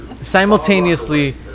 simultaneously